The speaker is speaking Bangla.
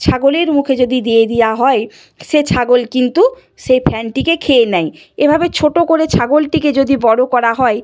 ছাগলের মুখে যদি দিয়ে দেওয়া হয় সে ছাগল কিন্তু সেই ফ্যানটিকে খেয়ে নেয় এ ভাবে ছোট করে ছাগলটিকে যদি বড় করা হয়